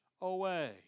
away